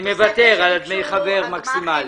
אני מוותר על דמי חבר מקסימליים.